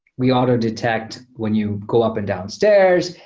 we auto-detect when you go up and down stairs.